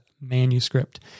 manuscript